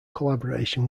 collaboration